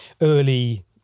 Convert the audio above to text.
early